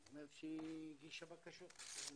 היא אומרת שהיא הגישה בקשות.